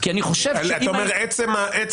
אתה מדבר על עצם ההליך.